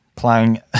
playing